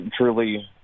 truly